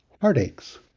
Heartaches